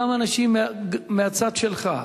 גם אנשים מהצד שלך,